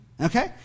Okay